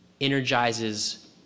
energizes